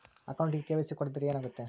ಅಕೌಂಟಗೆ ಕೆ.ವೈ.ಸಿ ಕೊಡದಿದ್ದರೆ ಏನಾಗುತ್ತೆ?